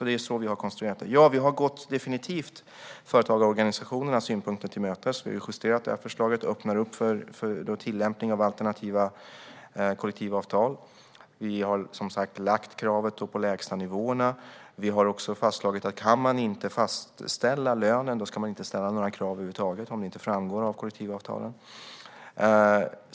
Det är så vi har konstruerat det. Ja, vi har definitivt gått företagarorganisationernas synpunkter till mötes. Vi har justerat förslaget. Det öppnar för tillämpning av alternativa kollektivavtal. Vi har lagt fram krav på lägstanivåer. Vi har också sagt att om man inte kan fastställa lönen ska man inte ställa några krav över huvud taget om de inte framgår av kollektivavtalen.